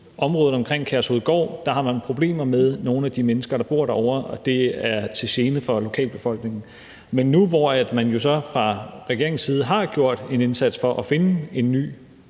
området omkring Kærshovedgård har problemer med nogle af de mennesker, der bor derovre, og det er til gene for lokalbefolkningen. Men nu, hvor man jo så fra regeringens side har gjort en indsats for at finde en ny